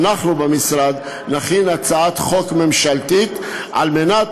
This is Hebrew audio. אנחנו במשרד נכין הצעת חוק ממשלתית על מנת